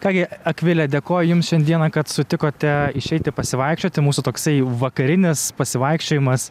ką gi akvile dėkoju jums šiandieną kad sutikote išeiti pasivaikščioti mūsų toksai vakarinis pasivaikščiojimas